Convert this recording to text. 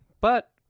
But-